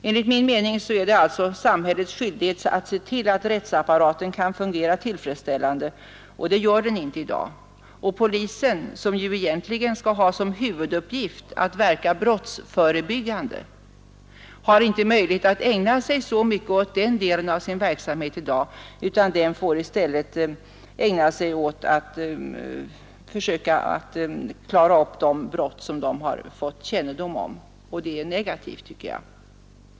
Enligt min mening är det samhällets skyldighet att se till att rättsapparaten kan fungera tillfredsställande, vilket den inte gör i dag. Polisen, som ju egentligen skall ha till huvuduppgift att verka brottsförebyggande, har inte möjlighet att ägna sig så mycket åt den delen av sin verksamhet i dag, utan den får i stället ägna sig åt att försöka att klara upp de brott som den har fått kännedom om. Det är negativt, tycker jag.